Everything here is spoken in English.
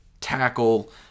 tackle